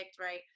right